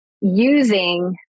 using